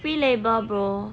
free labour bro